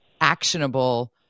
actionable